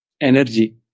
Energy